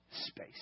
space